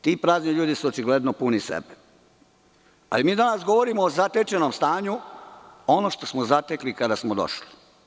Ti prazni ljudi su očigledno puni sebe, a i mi danas govorimo o zatečenom stanju, ono što smo zatekli kada smo došli.